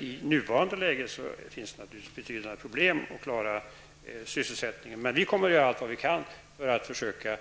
I nuvarande läge finns det emellertid betydande problem att klara sysselsättningen. Vi kommer att göra allt vi kan för att försöka